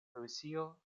rusio